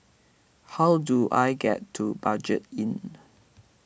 how do I get to Budget Inn